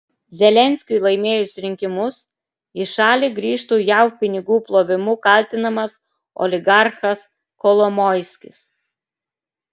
zelenskiui laimėjus rinkimus į šalį grįžtų jav pinigų plovimu kaltinamas oligarchas kolomoiskis